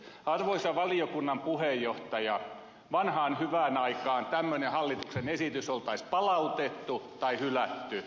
arvoisa valiokunnan puheenjohtaja vanhaan hyvään aikaan tämmöinen hallituksen esitys olisi palautettu tai hylätty